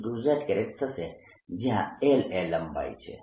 y થશે જયાં l એ લંબાઈ છે